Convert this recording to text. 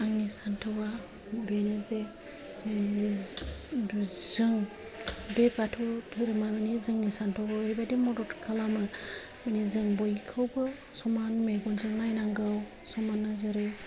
आंनि सानथौआ बेनो जे जों बे बाथौ धोरोमआ मानि जोंनि सानथौखौ ओरैबायदि मदद खालामो मानि जों बयखौबो समान मेगनजों नायनांगौ समान नोजोरै